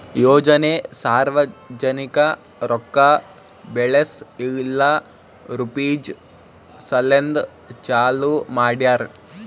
ಯೋಜನೆ ಸಾರ್ವಜನಿಕ ರೊಕ್ಕಾ ಬೆಳೆಸ್ ಇಲ್ಲಾ ರುಪೀಜ್ ಸಲೆಂದ್ ಚಾಲೂ ಮಾಡ್ಯಾರ್